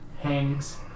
hangs